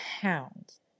pounds